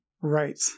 right